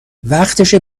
وقتشه